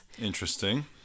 Interesting